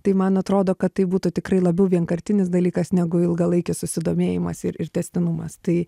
tai man atrodo kad tai būtų tikrai labiau vienkartinis dalykas negu ilgalaikis susidomėjimas ir ir tęstinumas tai